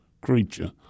creature